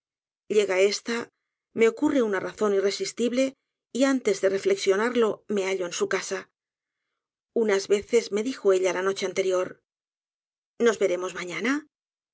llega esta me ocurre una razón irresistible y antes de reflexionarlo me hallo en su casa unas veces me dijo ella la noche anterior nos veremos mañana